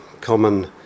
common